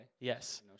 Yes